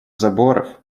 заборов